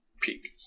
peak